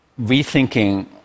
rethinking